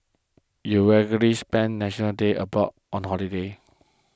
you regularly spend National Day abroad on holiday